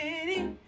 city